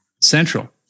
central